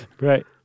Right